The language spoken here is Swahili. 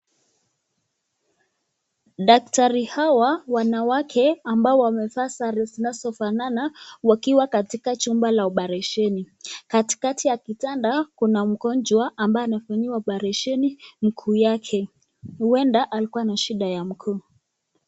Daktari hawa wanawake, ambao wamevaa sare zinazofanana wakiwa katika chumba ya oparesheni , katikati ya kitanda kunaye mgonjwa ambaye anafanyiwa oparesheni mguu yake, huenda alikuwa na shida ya mguu.